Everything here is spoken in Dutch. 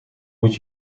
moet